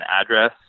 address